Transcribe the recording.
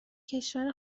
کشور